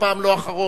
הפעם לא אחרון.